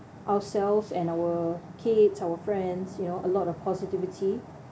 ourselves and our kids our friends you know a lot of positivity